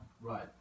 Right